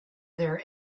there